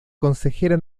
consejera